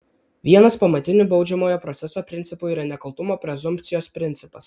vienas pamatinių baudžiamojo proceso principų yra nekaltumo prezumpcijos principas